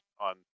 on